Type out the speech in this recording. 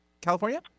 California